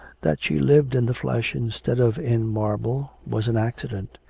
that she lived in the flesh instead of in marble was an accident.